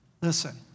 Listen